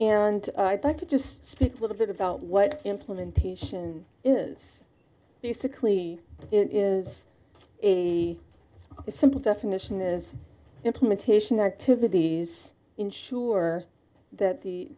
and i'd like to just speak with a bit about what implementation is basically it is a simple definition is implementation activities ensure that the